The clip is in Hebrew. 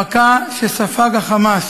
המכה שספג ה"חמאס"